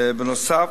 בנוסף,